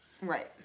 Right